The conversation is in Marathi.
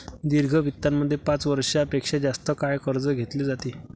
दीर्घ वित्तामध्ये पाच वर्षां पेक्षा जास्त काळ कर्ज घेतले जाते